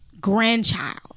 grandchild